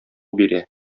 бирә